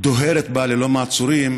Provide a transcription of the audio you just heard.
דוהרת בה ללא מעצורים,